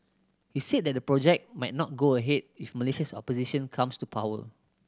he said that the project might not go ahead if Malaysia's opposition comes to power